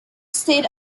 state